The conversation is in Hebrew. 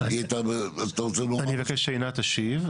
אני מבקש שעינת תשיב.